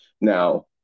Now